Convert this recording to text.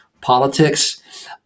politics